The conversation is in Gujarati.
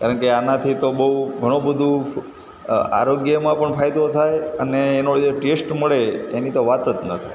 કારણ કે આનાથી તો બહુ ઘણું બધું અ આરોગ્યમાં પણ ફાયદો થાય અને એનો જે ટેસ્ટ મળે એની તો વાત જ ન થાય